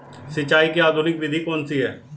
सिंचाई की आधुनिक विधि कौन सी है?